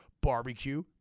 Barbecue